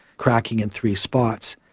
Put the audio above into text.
cracking in three spots.